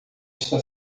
está